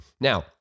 Now